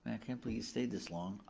i can't believe you stayed this long.